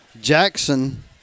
Jackson